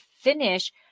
finish